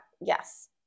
Yes